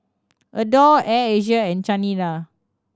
Adore Air Asia and Chanira